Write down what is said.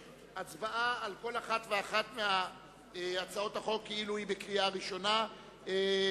בהצבעה על כל אחת ואחת מהצעות החוק כאילו היא בקריאה ראשונה בנפרד.